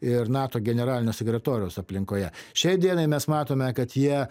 ir nato generalinio sekretoriaus aplinkoje šiai dienai mes matome kad jie